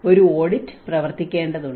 ഒരു ഓഡിറ്റ് പ്രവർത്തിക്കേണ്ടതുണ്ട്